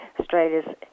Australia's